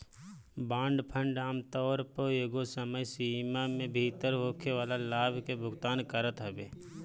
bond fund आमतौर पअ एगो समय सीमा में भीतर होखेवाला लाभ के भुगतान करत हवे